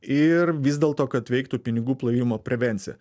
ir vis dėlto kad veiktų pinigų plovimo prevencija